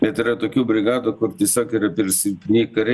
bet yra tokių brigadų kur tiesiog yra per silpni kariai